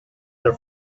her